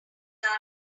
done